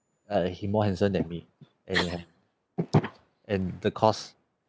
uh he more handsome than me and yeah and the cost